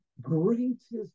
greatest